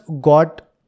got